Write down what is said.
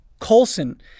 Coulson